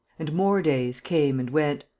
and more days came and went.